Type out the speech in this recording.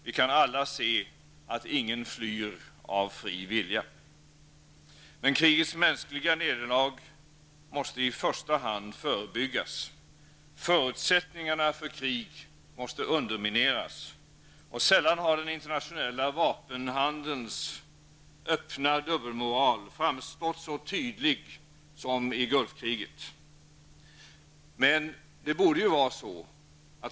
Vi kan alla se att ingen flyr av fri vilja. Men krigets mänskliga nederlag måste i första hand förebyggas. Förutsättningarna för krig måste undermineras. Sällan har den internationella vapenhandelns öppna dubbelmoral framstått så tydlig som i Gulfkriget.